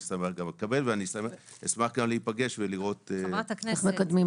אני שמח גם לקבל ואני אשמח גם להיפגש ולראות --- חברת הכנסת תקיימי